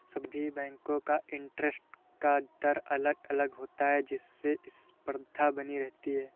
सभी बेंको का इंटरेस्ट का दर अलग अलग होता है जिससे स्पर्धा बनी रहती है